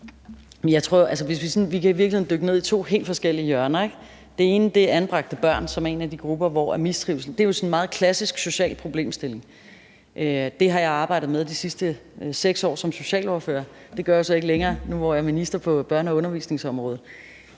Vi kan i virkeligheden dykke ned i to helt forskellige hjørner. Det ene er de anbragt børn, som er en af de grupper, hvor der er en mistrivsel. Det er jo sådan en meget klassisk social problemstilling. Det har jeg arbejdet med i de sidste 6 år som socialordfører. Det gør jeg så ikke længere nu, hvor jeg er minister på børne- og undervisningsområdet.